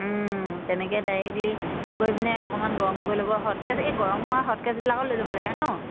তেনেকৈ ডাইৰেক্টলি গৈ পিনে অকণমান গৰম গৈ ল'ব হটকছ এই গৰম হোৱা হটকছবিলাকত লৈ যাব লাগে নহ্